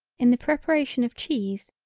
in the preparation of cheese,